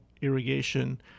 Irrigation